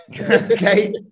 Okay